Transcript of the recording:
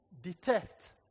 detest